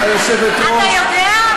אתה יודע?